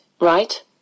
Right